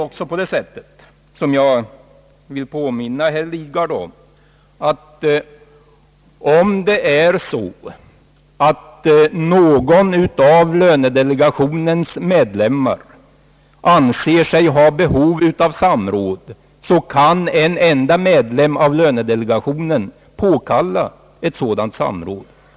Jag vill säga till herr Lidgard att om någon av lönedelegationens medlemmar anser sig behöva ett samråd, är det tillräckligt att en enda medlem av lönedelegationen påkallar samrådet.